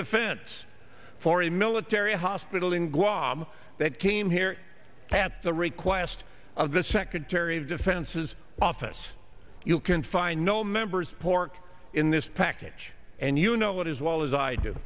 defense for a military hospital in guam that came here at the request of the secretary of defense's office you can find no members pork in this package and you know what as well as i do